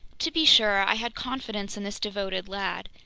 to be sure, i had confidence in this devoted lad.